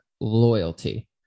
loyalty